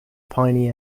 piny